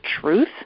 truth